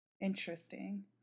Interesting